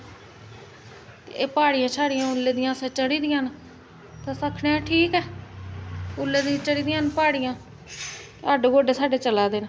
एह् प्हाड़ियां शाड़ियां ओल्लै दियां असें चढ़ी दियां न ते अस आखने आं ठीक ऐ ओल्लै दियां चढ़ी दियां न प्हाड़ियां हड्ड गोडे साढ़े चला दे न